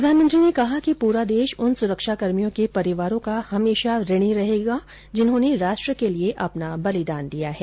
प्रधानमंत्री ने कहा है कि पूरा देश उन सुरक्षाकर्मियों के परिवारों का हमेशा ऋणी रहेगा जिन्होंने राष्ट्र के लिए अपना बलिदान दिया है